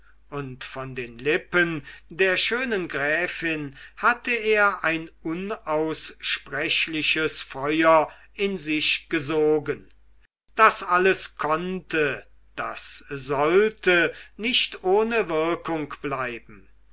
und von den lippen der schönen gräfin hatte er ein unaussprechliches feuer in sich gesogen das alles konnte das sollte nicht ohne wirkung bleiben